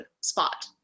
spot